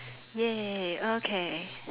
!yay! okay